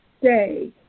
stay